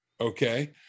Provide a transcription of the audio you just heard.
okay